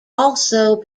also